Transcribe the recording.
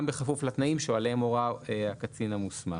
גם בכפוף לתנאים שעליהם הורה הקצין המוסמך.